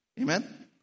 Amen